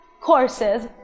courses